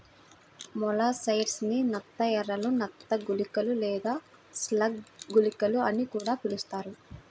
molluscicides ని నత్త ఎరలు, నత్త గుళికలు లేదా స్లగ్ గుళికలు అని కూడా పిలుస్తారు